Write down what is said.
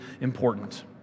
important